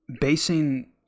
basing